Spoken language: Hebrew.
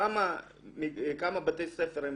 כמה בתי ספר הם